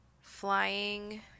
flying